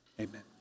amen